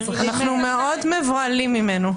אנו מאוד מבוהלים ממנו.